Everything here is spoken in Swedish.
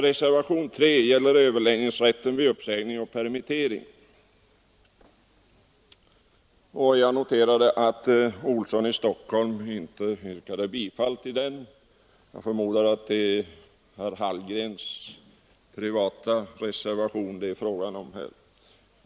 ; Reservationen 3 gäller överläggningsrätten vid uppsägning och permittering. Jag noterade att herr Olsson i Stockholm inte yrkade bifall till den, och jag förmodar att det är herr Hallgrens privata reservation.